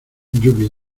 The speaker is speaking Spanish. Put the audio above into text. lluvia